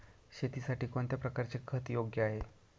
शेतीसाठी कोणत्या प्रकारचे खत योग्य आहे?